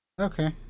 Okay